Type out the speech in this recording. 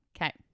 Okay